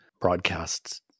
broadcasts